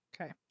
Okay